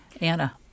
Anna